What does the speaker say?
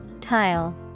Tile